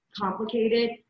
complicated